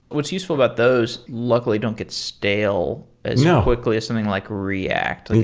what's useful about those luckily don't get stale as yeah quickly as something like react.